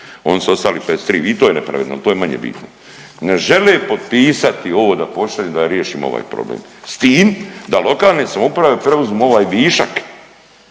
onda su ostali 53, i to je nepravedno, to je manje bitno, ne žele potpisati ovo da pošaljem da riješimo ovaj problem, s tim da lokalne samouprave preuzmu ovaj višak,